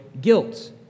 guilt